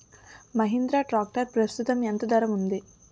Mahindra tractor ప్రస్తుతం ఎంత ధర ఉంది?